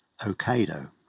Okado